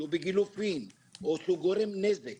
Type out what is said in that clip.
שהוא בגילופין או שגורם נזק